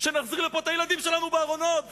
שנחזיר לפה את הילדים שלנו בארונות.